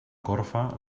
corfa